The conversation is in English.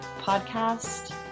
podcast